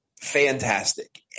Fantastic